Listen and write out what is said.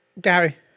Gary